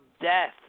death